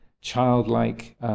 childlike